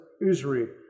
usury